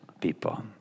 people